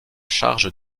charge